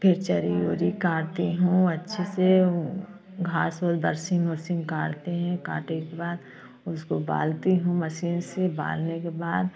फिर चरी उरी काटती हूँ अच्छे से घास और बरसीम ओरसिम काटते हैं कांटे के बाद उसको उवालने हूँ मशीन से उवालने के बाद